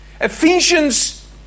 Ephesians